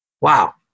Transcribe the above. Wow